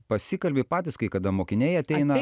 pasikalbi patys kai kada mokiniai ateina